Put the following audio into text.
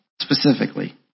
specifically